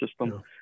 system